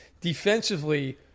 Defensively